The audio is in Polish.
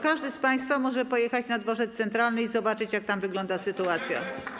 Każdy z państwa może pojechać na Dworzec Centralny i zobaczyć, jak tam wygląda sytuacja.